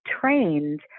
trained